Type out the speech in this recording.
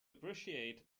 appreciate